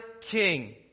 King